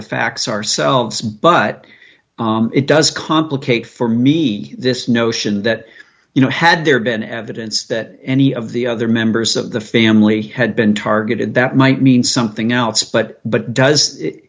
the facts ourselves but it does complicate for me this notion that you know had there been evidence that any of the other members of the family had been targeted that might mean something else but but does i